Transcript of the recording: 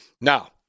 Now